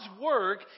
work